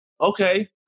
okay